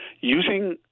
using